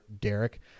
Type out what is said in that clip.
Derek